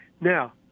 now